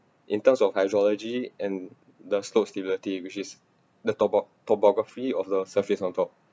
in terms of hydrology and the slope stability which is the topo~ topography of the surface on top